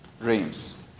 dreams